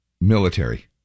military